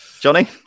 Johnny